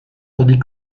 tandis